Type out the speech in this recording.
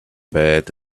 bad